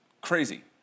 crazy